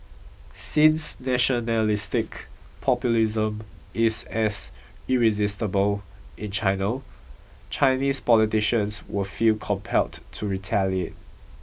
since nationalistic populism is as irresistible in China Chinese politicians will feel compelled to retaliate